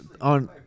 on